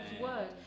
word